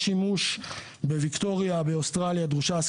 (תיקון שימוש בזרע חייל